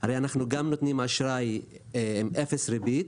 הרי אנחנו גם נותנים עם אפס ריבית,